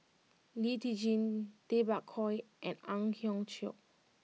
Lee Tjin Tay Bak Koi and Ang Hiong Chiok